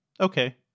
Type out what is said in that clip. Okay